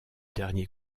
dernier